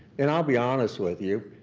and i'll be honest with you,